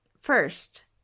First